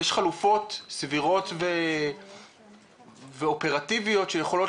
יש חלופות סבירות ואופרטיביות שיכולות